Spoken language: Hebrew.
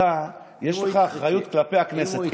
אתה, יש לך אחריות כלפי הכנסת.